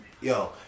Yo